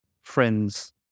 friend's